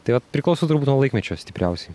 tai vat priklauso turbūt nuo laikmečio stipriausiai